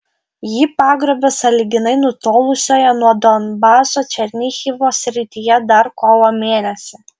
jį pagrobė sąlyginai nutolusioje nuo donbaso černihivo srityje dar kovo mėnesį